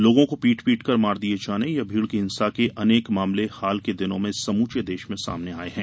लोगों को पीट पीटकर मार दिए जाने या भीड़ की हिंसा के अनेक मामले हाल के दिनों में समूचे देश में सामने आए हैं